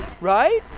Right